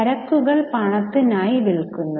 ചരക്കുകൾ പണത്തിനായി വിൽക്കുന്നത്